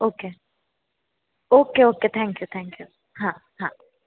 okay okay okay thank you thank you हां हां